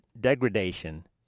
degradation